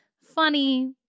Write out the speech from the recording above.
funny